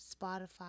Spotify